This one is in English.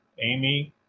Amy